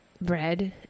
bread